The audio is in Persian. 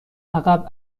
عقب